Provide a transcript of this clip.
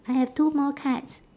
I have two more cards